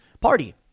party